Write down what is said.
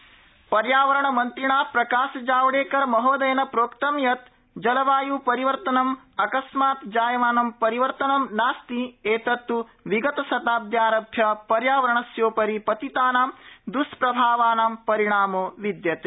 प्रकाश जावडेकरः पर्यावरणमन्त्रिणा प्रकाश जावडेकर महोदयेन प्रोक्तं यत् जलवाय् परिवर्तनं अकस्मात् जायमानं परिवर्तनं नास्ति एतत् विगतशताब्द्यारभ्य पर्यावरणस्योपरि पतितानां दृष्प्रभावानां परिणामो विदयते